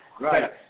Right